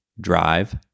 drive